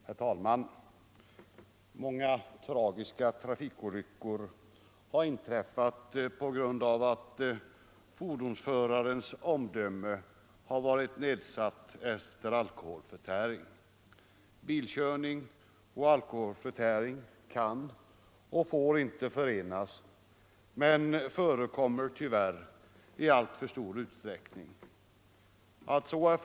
Herr talman! Många tragiska trafikolyckor har inträffat på grund av att fordonsförarens omdöme varit nedsatt efter alkoholförtäring. Bilkörning och alkoholförtäring kan och får ej förenas, men det förekommer tyvärr i alltför stor utsträckning att så sker.